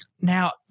now